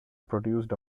produced